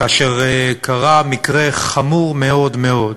כאשר קרה מקרה חמור מאוד מאוד,